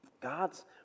God's